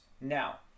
Now